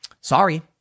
Sorry